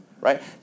right